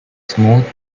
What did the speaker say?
smooth